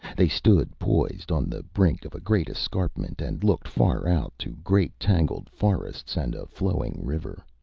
they stood poised on the brink of a great escarpment and looked far out to great tangled forests and a flowing river.